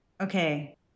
okay